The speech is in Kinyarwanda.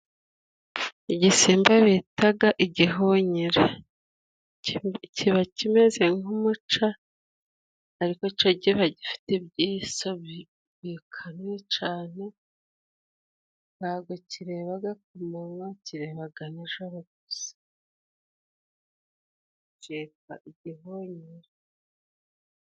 Igisimba bitaga igihunyira kiba kimeze nk'umuca ariko co kiba gifite ibyiso bikanuye cane, ntabwo kirebaga ku mwanywa kirebaga nijoro gusa, bakita igihunyira.